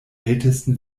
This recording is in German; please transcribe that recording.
ältesten